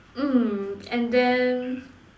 mm and then